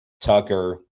Tucker